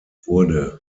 wurde